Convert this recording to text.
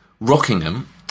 Rockingham